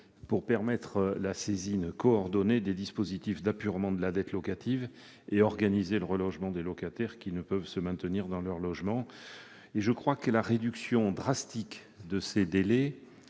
pour permettre la saisine coordonnée des dispositifs d'apurement de la dette locative et organiser le relogement des locataires qui ne peuvent se maintenir dans leur logement. La réduction drastique de ces délais